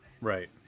right